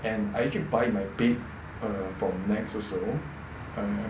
and I actually buy my bed from nex also